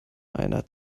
einer